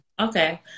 Okay